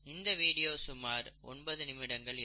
இந்த வீடியோ சுமார் 9 நிமிடங்கள் இருக்கும்